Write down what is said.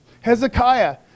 Hezekiah